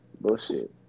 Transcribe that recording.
Bullshit